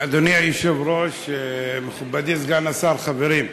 אדוני היושב-ראש, מכובדי סגן השר, חברים,